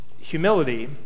humility